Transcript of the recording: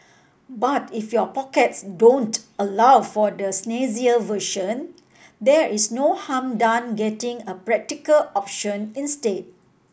but if your pockets don't allow for the snazzier version there is no harm done getting a practical option instead